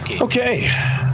Okay